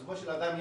בסופו של דבר,